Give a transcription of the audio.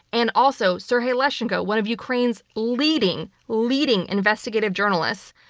and also serhiy leshenko, one of ukraine's leading, leading investigative journalists.